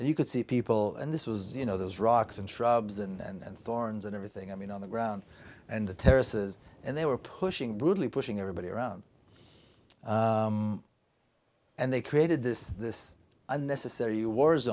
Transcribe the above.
and you could see people and this was you know those rocks and shrubs and thorns and everything i mean on the ground and the terraces and they were pushing brutally pushing everybody around and they created this this unnecessary war